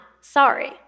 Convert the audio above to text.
sorry